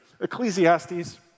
Ecclesiastes